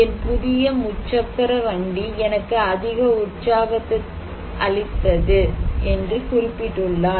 என் புதிய முச்சக்கர வண்டி எனக்கு அதிக உற்சாகத்தை அளித்தது என்று குறிப்பிட்டுள்ளார்